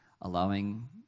allowing